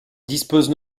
dispose